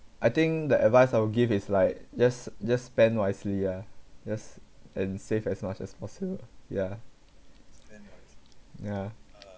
I think the advice I would give is like just just spend wisely ah just and save as much as possible yeah yeah